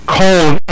cold